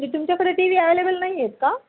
नाही तुमच्याकडे T V available नाही आहेत का